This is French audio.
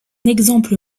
exemple